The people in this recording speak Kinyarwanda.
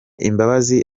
imbabazi